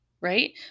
right